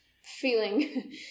Feeling